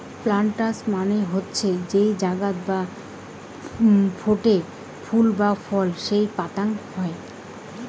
planters মানে হসে যেই জাগাতে বা পোটে ফুল বা ফল কে পোতাং হই